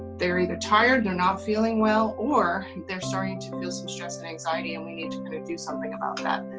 they're either tired they're not feeling well or they're starting to feel some stress and anxiety and we need to kind of do something about that.